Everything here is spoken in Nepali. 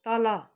तल